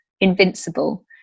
invincible